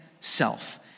self